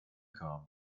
kamen